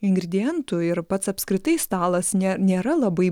ingredientų ir pats apskritai stalas ne nėra labai